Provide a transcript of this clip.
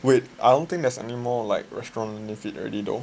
wait I don't think there's anymore like restaurant already though